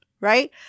right